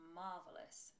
marvelous